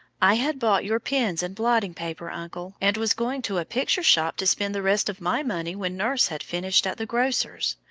i had bought your pens and blotting-paper, uncle, and was going to a picture-shop to spend the rest of my money when nurse had finished at the grocer's.